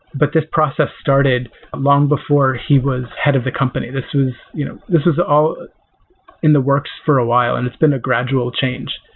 but this process started long before he was head of the company. this was you know this was all in the works for a while and it's been a gradual change.